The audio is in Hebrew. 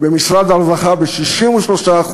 ובמשרד הרווחה, ב-63%.